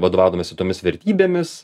vadovaudamiesi tomis vertybėmis